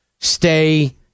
Stay